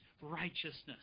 righteousness